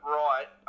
right